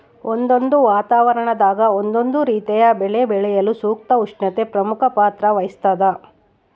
ಒಂದೊಂದು ವಾತಾವರಣದಾಗ ಒಂದೊಂದು ರೀತಿಯ ಬೆಳೆ ಬೆಳೆಯಲು ಸೂಕ್ತ ಉಷ್ಣತೆ ಪ್ರಮುಖ ಪಾತ್ರ ವಹಿಸ್ತಾದ